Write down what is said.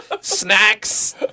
Snacks